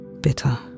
bitter